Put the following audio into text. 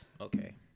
Okay